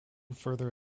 further